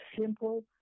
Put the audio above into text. simple